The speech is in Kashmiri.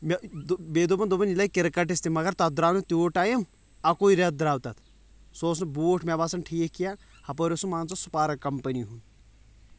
مےٚ دُ بیٚیہِ دوٚپُن دوٚپُن یہِ لگہِ کِرکٹس تہِ مگر تتھ درٛاو نہٕ تیٛوٗت ٹایِم اکُے رٮ۪تھ درٛاو تتھ سُہ اوس نہٕ بوٗٹھ مےٚ باسان ٹھیٖک کیٚنٛہہ ہُپٲرۍ اوس سُہ مان ژٕ سُپارک کمپٔنی ہُنٛد